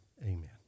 Amen